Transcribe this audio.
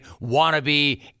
wannabe